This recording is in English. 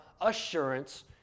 assurance